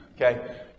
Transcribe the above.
Okay